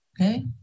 Okay